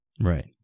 Right